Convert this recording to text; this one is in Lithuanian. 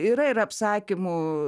yra ir apsakymų